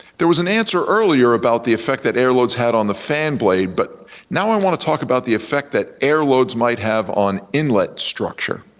there was an answer earlier about the effect that air loads had on the fan blade, but now i wanna talk about the effect that air loads might have on inlet structure.